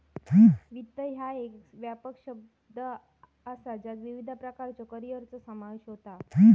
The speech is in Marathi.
वित्त ह्या एक व्यापक शब्द असा ज्यात विविध प्रकारच्यो करिअरचो समावेश होता